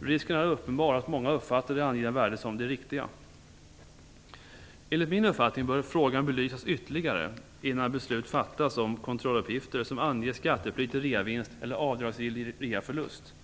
Risken är uppenbar att många uppfattar det angivna värdet som "det riktiga". Enligt min uppfattning bör frågan belysas ytterligare innan beslut fattas om kontrolluppgifter som anger skattepliktig reavinst eller avdragsgill reaförlust.